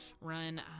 run